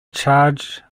charge